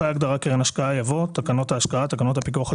אחרי ההגדרה "קרן השקעה" יבוא: "תקנות ההשקעה" תקנות הפיקוח על